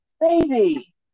Baby